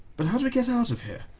but how do we get out of here?